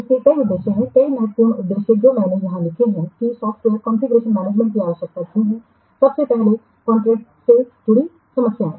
इसलिए कई उद्देश्य हैं कुछ महत्वपूर्ण उद्देश्य जो मैंने यहां लिखे हैं कि सॉफ्टवेयर कॉन्फ़िगरेशनमैनेजमेंट की आवश्यकता क्यों है सबसे पहले कॉन्करेंट से जुड़ी समस्याएं